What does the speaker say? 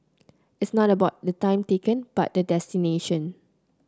it's not about the time taken but the destination